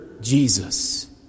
Jesus